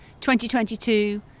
2022